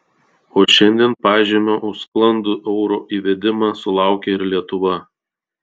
o šiandien pažymio už sklandų euro įvedimą sulaukė ir lietuva